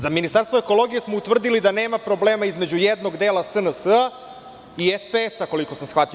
Za Ministarstvo ekologije smo utvrdili da nema problema između jednog dela SNS i SPS, koliko sam shvatio.